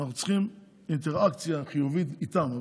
אנחנו צריכים אינטראקציה חיובית איתם,